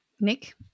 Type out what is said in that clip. Nick